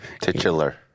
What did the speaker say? Titular